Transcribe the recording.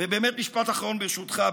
ובאמת משפט אחרון, ברשותך.